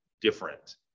different